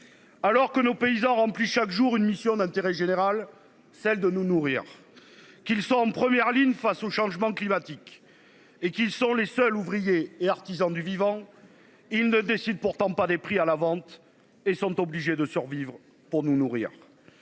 Alors que nos paysans remplit chaque jour une mission d'intérêt général, celle de nous nourrir. Qu'ils sont en première ligne face au changement climatique et qu'ils sont les seuls ouvriers et artisans du vivant. Il ne décide pourtant pas des prix à la vente et sont obligés de survivre pour nous nourrir.